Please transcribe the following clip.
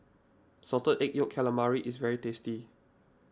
Salted Egg Yolk Calamari is very tasty